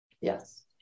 Yes